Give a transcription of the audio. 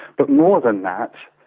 but more than that,